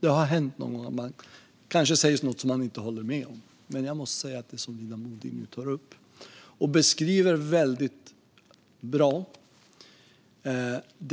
Det har ju hänt någon gång att det sägs något som man inte håller med om, men jag måste säga att det som Linda Modig nu tar upp och beskriver väldigt bra